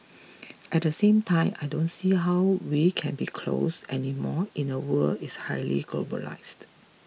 at the same time I don't see how we can be closed anymore in a world is highly globalized